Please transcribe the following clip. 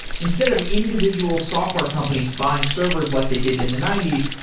instead of individual software companies buying servers like they did in the ninety s,